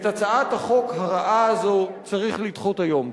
את הצעת החוק הרעה הזו צריך לדחות היום.